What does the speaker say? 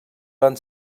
van